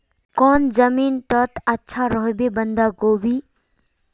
कौन जमीन टत अच्छा रोहबे बंधाकोबी?